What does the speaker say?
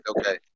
okay